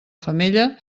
femella